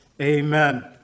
Amen